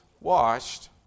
washed